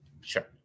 sure